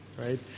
right